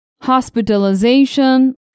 hospitalization